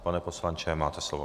Pane poslanče, máte slovo.